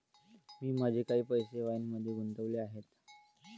मी माझे काही पैसे वाईनमध्येही गुंतवले आहेत